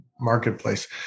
marketplace